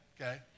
okay